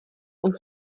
und